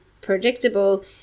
predictable